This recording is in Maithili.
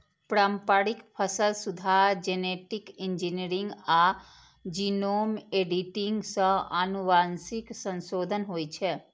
पारंपरिक फसल सुधार, जेनेटिक इंजीनियरिंग आ जीनोम एडिटिंग सं आनुवंशिक संशोधन होइ छै